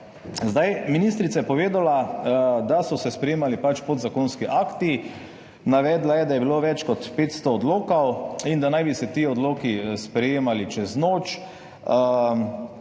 državi? Ministrica je povedala, da so se sprejemali podzakonski akti. Navedla je, da je bilo več kot 500 odlokov in da naj bi se ti odloki sprejemali čez noč